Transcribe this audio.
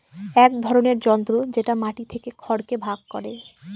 এক ধরনের যন্ত্র যেটা মাটি থেকে খড়কে ভাগ করে